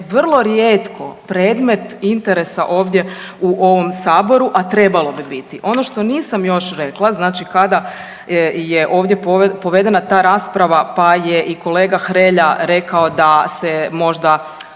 vrlo rijetko predmet interesa ovdje u ovom saboru, a trebalo bi biti. Ono što nisam još rekla, znači kada je ovdje povedena ta rasprava pa je i kolega Hrelja rekao da se možda